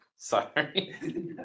Sorry